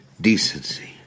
decency